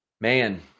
man